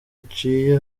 iciye